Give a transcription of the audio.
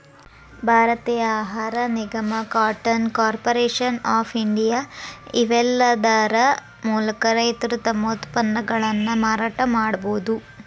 ಭಾರತೇಯ ಆಹಾರ ನಿಗಮ, ಕಾಟನ್ ಕಾರ್ಪೊರೇಷನ್ ಆಫ್ ಇಂಡಿಯಾ, ಇವೇಲ್ಲಾದರ ಮೂಲಕ ರೈತರು ತಮ್ಮ ಉತ್ಪನ್ನಗಳನ್ನ ಮಾರಾಟ ಮಾಡಬೋದು